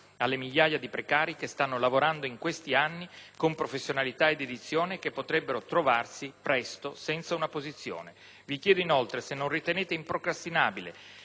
alle migliaia di precari che stanno lavorando in questi anni con professionalità e dedizione e che potrebbero trovarsi presto senza una posizione. Vi chiedo, inoltre, se non riteniate improcrastinabile